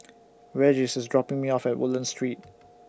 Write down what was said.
Regis IS dropping Me off At Woodlands Street